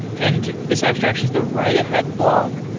and this abstraction is the write-ahead log.